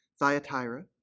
Thyatira